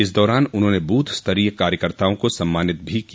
इस दौरान उन्होंने बूथ स्तरीय कार्यकर्ताओं को सम्मानित भी किया